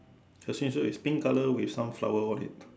the same so it's pink colour with some flower what in it